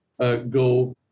go